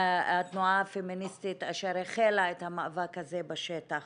התנועה הפמיניסטית אשר החלה את המאבק הזה בשטח.